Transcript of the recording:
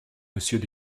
monsieur